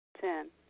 Ten